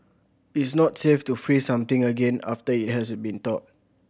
it's not safe to freeze something again after it has been thawed